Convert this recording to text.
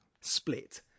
split